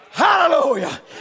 Hallelujah